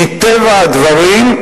מטבע הדברים,